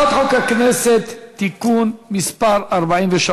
הצעת חוק הכנסת (תיקון מס' 43)